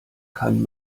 kann